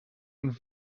een